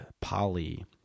poly